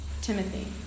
Timothy